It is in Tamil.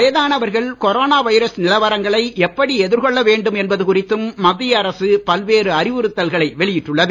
வயதானவர்கள் கொரோனா வைரஸ் நிலவரங்களை எப்படி எதிர்கொள்ள வேண்டும் என்பது குறித்தும் மத்திய அரசு பல்வேறு அறிவுறுத்தல்களை வெளியிட்டுள்ளது